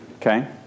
Okay